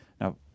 Now